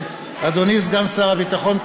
אדוני סגן שר הביטחון,